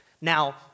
Now